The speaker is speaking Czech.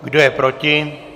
Kdo je proti?